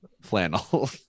flannel